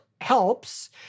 helps